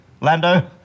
Lando